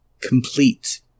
complete